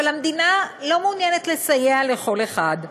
אבל המדינה לא מעוניינת לסייע לכל אחד,